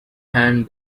hand